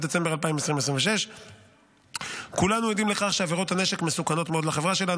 דצמבר 2026. כולנו עדים לכך שעבירות הנשק מסוכנות מאוד לחברה שלנו.